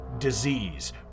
Disease